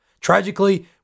Tragically